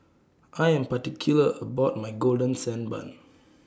I Am particular about My Golden Sand Bun